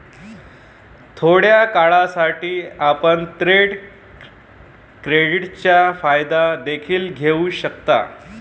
थोड्या काळासाठी, आपण ट्रेड क्रेडिटचा फायदा देखील घेऊ शकता